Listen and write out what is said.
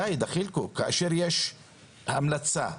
די, כאשר יש המלצה,